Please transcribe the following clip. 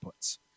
inputs